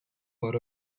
but